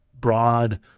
broad